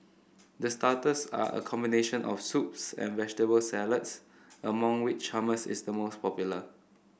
the starters are a combination of soups and vegetable salads among which hummus is the most popular